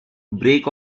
break